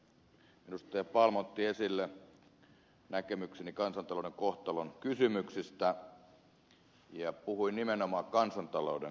palm otti esille näkemykseni kansantalouden kohtalonkysymyksistä ja puhuin nimenomaan kansantalouden kohtalonkysymyksistä